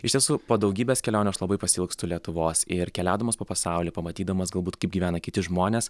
iš tiesų po daugybės kelionių aš labai pasiilgstu lietuvos ir keliaudamas po pasaulį pamatydamas galbūt kaip gyvena kiti žmonės